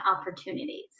opportunities